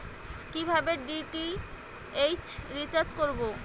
কিভাবে DTH recharge করব?